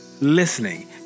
listening